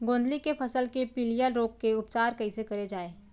गोंदली के फसल के पिलिया रोग के उपचार कइसे करे जाये?